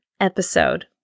episode